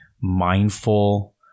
mindful